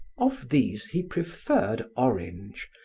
of these, he preferred orange,